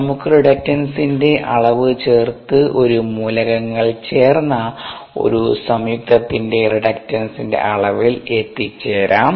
നമുക്ക് റിഡക്റ്റൻസിന്റെ അളവ് ചേർത്ത് ഈ മൂലകങ്ങൾ ചേർന്ന ഒരു സംയുക്തത്തിന്റെ റിഡക്റ്റൻസിന്റെ അളവിൽ എത്തിച്ചേരാം